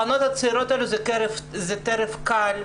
הבנות הצעירות האלה זה טרף קל.